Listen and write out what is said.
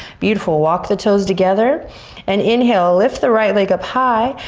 beautiful, walk the toys together and inhale, lift the right leg up high,